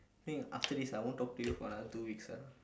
I think after this I won't talk to you for another two weeks ah